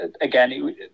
again